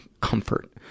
comfort